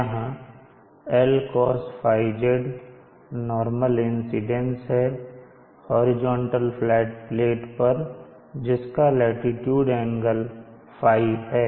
यहां LCosθZ normal incidence है horizontal flat plate पर जिसका लाटीट्यूड एंगल ϕ है